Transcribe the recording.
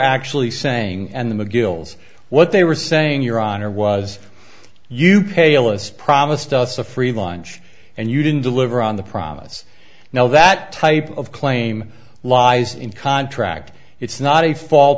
actually saying and the mcgill's what they were saying your honor was you palest promised us a free lunch and you didn't deliver on the promise now that type of claim lies in contract it's not a fault